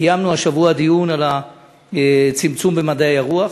קיימנו השבוע דיון על הצמצום במדעי הרוח,